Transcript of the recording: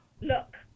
look